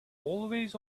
always